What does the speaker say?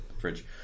fridge